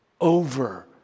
over